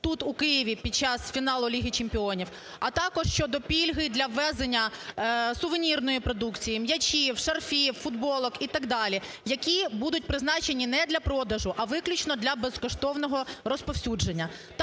тут у Києві під час фіналу Ліги чемпіонів. А також щодо пільги для ввезення сувенірної продукції: м'ячів, шарфів, футболок і так далі, які будуть призначені не для продажу, а виключно для безкоштовного розповсюдження.